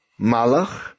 Malach